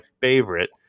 favorite